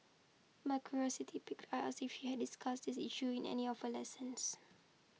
my curiosity piqued I asked if she had discussed this issue in any of her lessons